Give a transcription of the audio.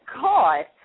God